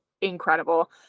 incredible